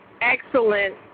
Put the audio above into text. excellent